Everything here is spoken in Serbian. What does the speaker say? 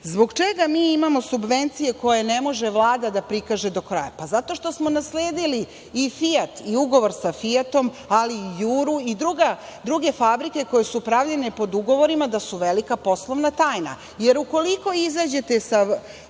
Zbog čega mi imamo subvencije koje ne može Vlada da prikaže do kraja? Pa, zato što smo nasledili i „Fijat“ i ugovor sa „Fijatom“, ali i JURU i druge fabrike koji su pravljene pod ugovorima da su velika poslovna tajna, jer ukoliko izađete sa